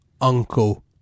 uncle